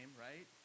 right